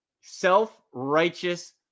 Self-righteous